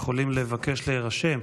יכולים לבקש להירשם,